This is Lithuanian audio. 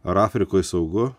ar afrikoj saugu